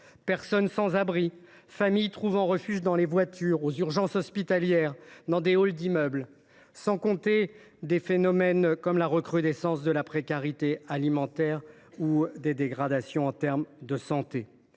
personnes sans abri, familles trouvant refuge dans des voitures, les urgences hospitalières ou des halls d’immeuble, sans compter des phénomènes comme la recrudescence de la précarité alimentaire ou la dégradation de la santé.